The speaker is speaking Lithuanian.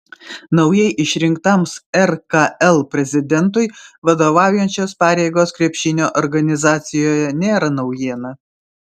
naujai išrinktam rkl prezidentui vadovaujančios pareigos krepšinio organizacijoje nėra naujiena